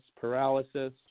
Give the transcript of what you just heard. paralysis